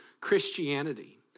Christianity